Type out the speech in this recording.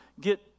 get